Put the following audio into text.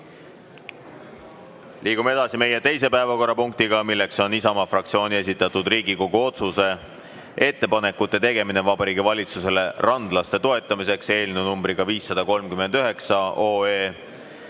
Liigume edasi meie teise päevakorrapunkti juurde. See on Isamaa fraktsiooni esitatud Riigikogu otsuse "Ettepanekute tegemine Vabariigi Valitsusele randlaste toetamiseks" eelnõu numbriga 539